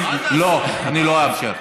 לא, אני לא אאפשר.